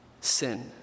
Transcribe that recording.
sin